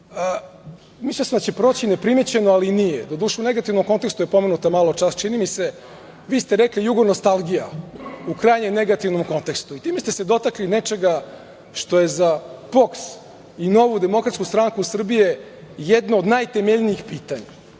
sam da će proći neprimećeno, ali nije. Doduše, u negativnom kontekstu je pomenuta maločas, čini mi se, vi ste rekli jugonostalgija, u krajnje negativnom kontekstu i time ste se dotakli nečega što je za POKS i Novu demokratsku stranku Srbije jedno od najtemeljnijih pitanja,